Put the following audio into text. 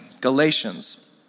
Galatians